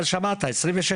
אבל שמעת אותם,